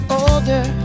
older